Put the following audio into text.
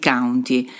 County